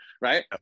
right